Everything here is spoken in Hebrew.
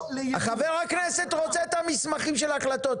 חבר הכנסת רון כץ רוצה את המסמכים של ההחלטות,